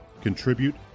Contribute